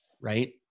right